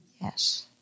yes